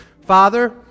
Father